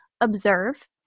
observe